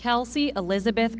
kelsey elizabeth